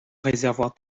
réservoir